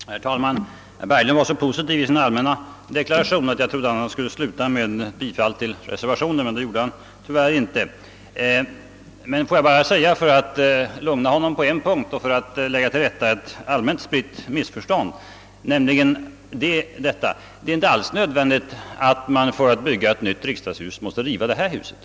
Herr talman! Herr Berglund var så positiv i sin allmänna deklaration att jag trodde att han skulle sluta med att yrka bifall till reservationen, men det gjorde han tyvärr inte. Får jag bara säga några ord för att lugna honom på en punkt och för att undanröja ett allmänt spritt missförstånd. Det är inte alls nödvändigt att man för att bygga ett nytt riksdagshus måste riva det här huset.